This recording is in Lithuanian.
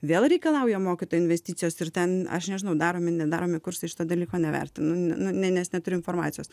vėl reikalauja mokytojo investicijos ir ten aš nežinau daromi nedaromi kursai šito dalyko nevertinu nu nes neturiu informacijos